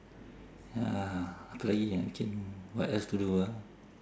ya 可以啊 can what else to do ah